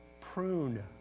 prune